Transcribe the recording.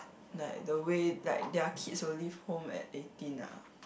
like the way like their kids will leave home at eighteen ah